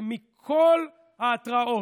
ומכל ההתרעות,